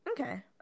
Okay